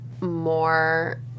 more